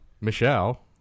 Michelle